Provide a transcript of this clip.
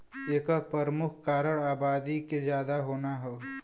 एकर परमुख कारन आबादी के जादा होना हौ